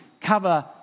cover